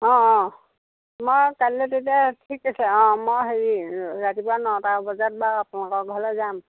অঁ অঁ মই কালিলৈ তেতিয়া ঠিক আছে অঁ মই হেৰি ৰাতিপুৱা নটা বজাত বাৰু আপোনালোকৰ ঘৰলৈ যাম